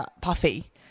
puffy